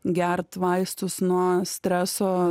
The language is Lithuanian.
gert vaistus nuo streso